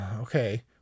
okay